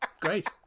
Great